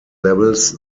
levels